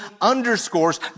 underscores